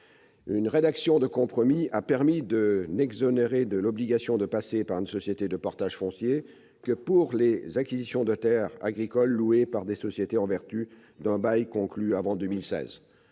Une rédaction de compromis a permis de n'exonérer de l'obligation de passer par une société de portage foncier que pour les acquisitions de terres agricoles louées par des sociétés en vertu d'un bail conclu avant 2016.